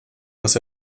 dass